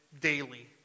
daily